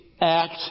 act